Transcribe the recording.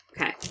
Okay